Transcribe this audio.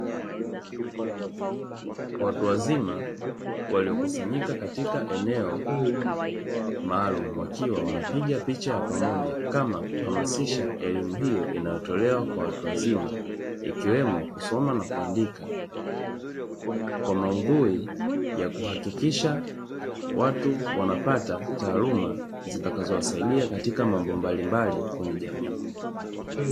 Watu wazima waliokusanyika katika eneo maalumu mwakiwa wanapiga picha ya pamoja kama kuhamasisha elimu hiyo inayotolewa kwa watu wazima ikiwemo kusoma na kuandika kwa maudhui ya kuhakikisha watu wanapata taaluma zitakazowasaidia katika mambo mbalimbali kwenye jamii.